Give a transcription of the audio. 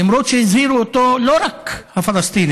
למרות שהזהירו אותו לא רק הפלסטינים,